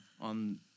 on